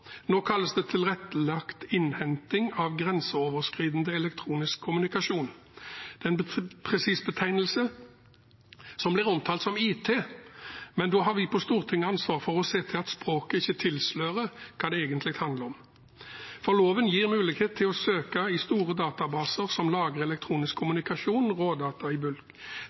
Nå kalles det tilrettelagt innhenting av grenseoverskridende elektronisk kommunikasjon. Det er en presis betegnelse som blir omtalt som IT, men da har vi på Stortinget ansvar for å se til at språket ikke tilslører hva det egentlig handler om. For loven gir mulighet til å søke i store databaser som lagrer elektronisk kommunikasjon, rådata i bulk.